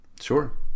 Sure